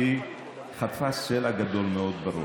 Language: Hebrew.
נעמה אשתי חטפה סלע גדול מאוד בראש,